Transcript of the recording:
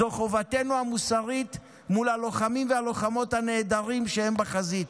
זו חובתנו המוסרית מול הלוחמים והלוחמות הנהדרים כשהם בחזית.